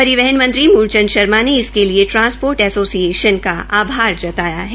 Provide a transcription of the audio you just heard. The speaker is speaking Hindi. परिवहन मंत्री मूल चंद शर्मा ने इसके लिए ट्रासपोर्ट ऐसोसिएशन का आभार जताया है